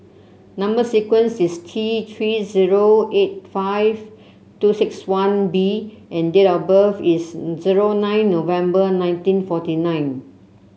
number sequence is T Three zero eight five two six one B and date of birth is zero nine November nineteen forty nine